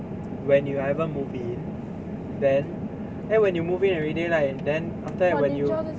when you haven't move in then then when you move in already then right then after that when you